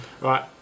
Right